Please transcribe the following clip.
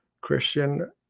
Christian